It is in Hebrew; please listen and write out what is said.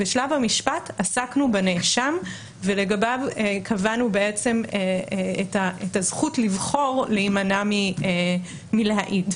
בשלב המשפט עסקנו בנאשם ולגביו קבענו את הזכות לבחור להימנע מלהעיד,